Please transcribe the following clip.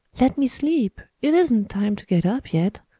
let me sleep! it isn't time to get up yet.